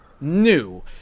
new